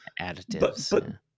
Additives